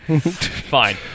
fine